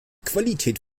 qualität